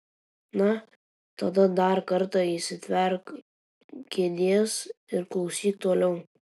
na tada dar kartą įsitverk kėdės ir klausyk toliau